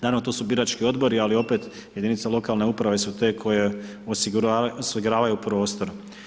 Naravno, tu su birački odbori, ali opet jedinice lokalne samouprave su te koji osiguravaju prostor.